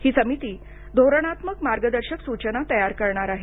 ही समिती धोरणात्मक मार्गदर्शक सूचना तयार करणार आहे